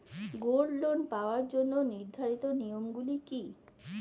Gold loan পাওয়ার জন্য নির্ধারিত নিয়ম গুলি কি?